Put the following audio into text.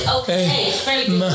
Okay